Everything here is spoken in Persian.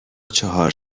چهار